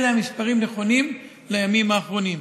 אלה המספרים הנכונים לימים האחרונים.